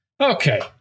okay